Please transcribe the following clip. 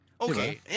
okay